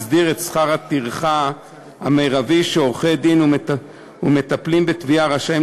הסדיר את שכר הטרחה המרבי שעורכי-דין ומטפלים בתביעה רשאים